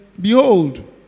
Behold